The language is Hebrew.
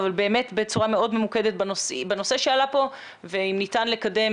אבל באמת בצורה מאוד ממוקדת בנושא שעלה פה ואם ניתן לקדם